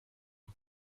een